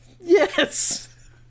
Yes